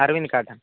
Arvind cotton